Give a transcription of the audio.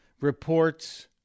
Reports